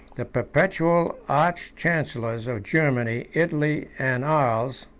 the perpetual arch-chancellors of germany, italy, and arles.